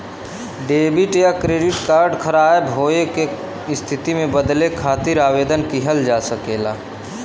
debit या credit card ख़राब होये क स्थिति में बदले खातिर आवेदन किहल जा सकला